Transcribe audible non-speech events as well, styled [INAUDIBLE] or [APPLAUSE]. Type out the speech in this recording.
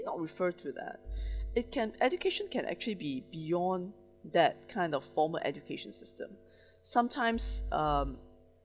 not refer to that [BREATH] it can education can actually be beyond that kind of formal education system [BREATH] sometimes um